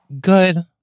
good